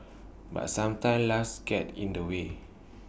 but sometimes life's get in the way